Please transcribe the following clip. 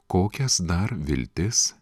kokias dar viltis